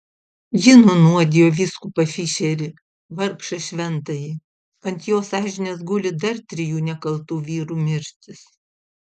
ji nunuodijo vyskupą fišerį vargšą šventąjį ant jos sąžinės guli dar trijų nekaltų vyrų mirtys